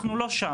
אנחנו לא שם,